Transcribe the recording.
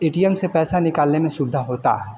ए T M से पैसा निकालने में सुविधा होती है